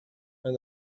and